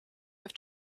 with